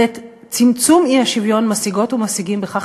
ואת צמצום האי-שוויון משיגות ומשיגים בכך